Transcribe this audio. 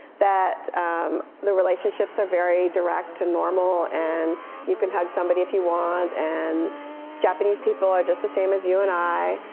that the relationships are very direct and normal. and you can hug somebody if you want. and japanese people are just the same as you and i.